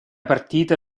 partita